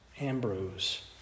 Ambrose